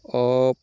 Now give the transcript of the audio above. off